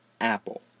apple